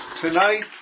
Tonight